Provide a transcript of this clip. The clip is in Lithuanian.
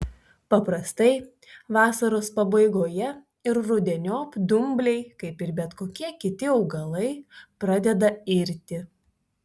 paprastai vasaros pabaigoje ir rudeniop dumbliai kaip ir bet kokie kiti augalai pradeda irti